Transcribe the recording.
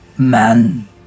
Man